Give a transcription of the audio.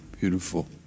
Beautiful